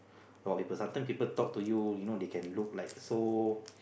about people sometimes people talk to you you know they can look like so